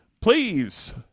Please